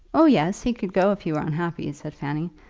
oh, yes he could go if he were unhappy, said fanny.